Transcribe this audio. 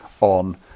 on